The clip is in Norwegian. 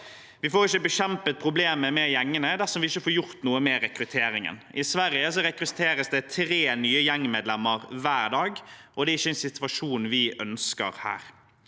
Vi får ikke bekjempet problemet med gjengene dersom vi ikke får gjort noe med rekrutteringen. I Sverige rekrutteres det tre nye gjengmedlemmer hver dag, og det er ikke en situasjon vi ønsker her.